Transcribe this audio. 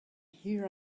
here